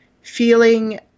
feeling